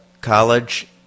college